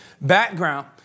background